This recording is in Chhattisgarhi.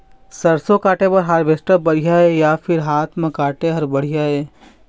सरसों काटे बर हारवेस्टर बढ़िया हे या फिर हाथ म काटे हर बढ़िया ये?